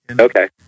Okay